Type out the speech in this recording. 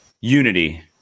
Unity